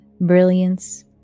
brilliance